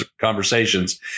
conversations